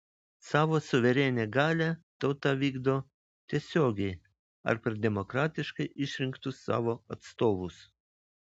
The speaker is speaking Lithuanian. savo suverenią galią tauta vykdo tiesiogiai ar per demokratiškai išrinktus savo atstovus